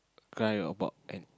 cry about an